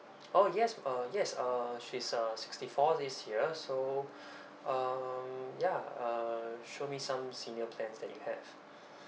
oh yes oh yes uh she's uh sixty four this year so um ya uh show me some senior plans that you have